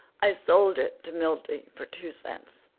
i sold it to milty for two cents.